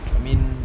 I mean